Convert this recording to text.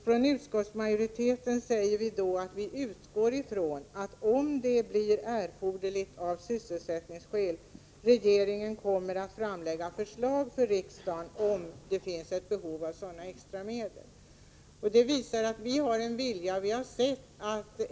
Från utskottsmajoritetens sida säger vi: ”Utskottet utgår ifrån att om det visar sig erforderligt av sysselsättningsskäl regeringen även under nästa budgetår framlägger förslag för riksdagen om sådana extra medel.” Det visar att vi har en vilja till detta.